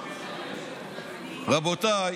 רבותיי,